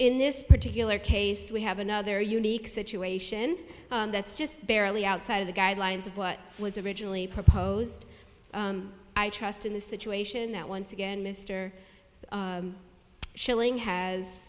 in this particular case we have another unique situation that's just barely outside of the guidelines of what was originally proposed i trust in the situation that once again mister